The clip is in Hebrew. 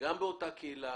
גם באותה קהילה,